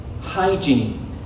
Hygiene